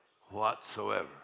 whatsoever